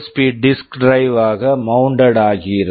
B disk drive USB disk drive ஆக mounted mounted ஆகியிருக்கும்